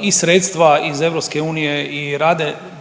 i sredstva iz EU i rade